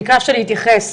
ביקשת להתייחס,